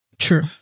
True